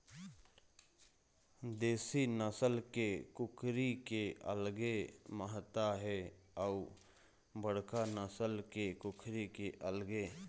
देशी नसल के कुकरी के अलगे महत्ता हे अउ बड़का नसल के कुकरी के अलगे